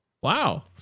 Wow